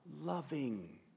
loving